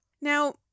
Now